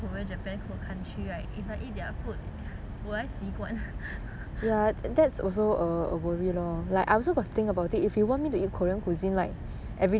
food will I 习惯